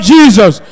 Jesus